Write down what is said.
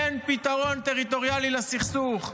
אין פתרון טריטוריאלי לסכסוך.